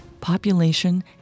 population